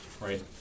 right